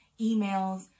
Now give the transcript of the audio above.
emails